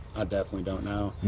definitely don't know.